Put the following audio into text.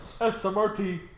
SMRT